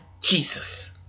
Jesus